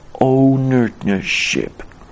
ownership